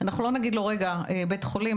אנחנו לא נגיד לבית החולים,